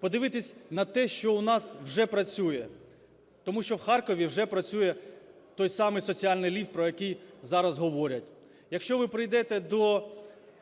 подивитись на те, що у нас вже працює. Тому що у Харкові вже працює той самий соціальний ліфт, про який зараз говорять. Якщо ви прийдете до